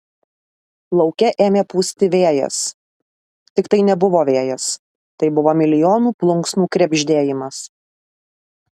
lauke ėmė pūsti vėjas tik tai nebuvo vėjas tai buvo milijonų plunksnų krebždėjimas